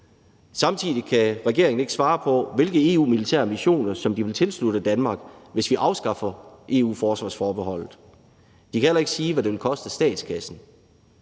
Samtidig kan regeringen ikke svare på, hvilke EU-militære missioner Danmark vil tilslutte sig, hvis vi afskaffer EU-forsvarsforbeholdet. De kan heller ikke sige, hvad det vil koste statskassen.